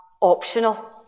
optional